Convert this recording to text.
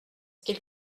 qu’il